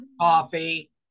Coffee